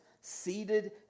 seated